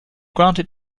granted